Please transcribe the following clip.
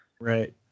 Right